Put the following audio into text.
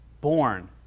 born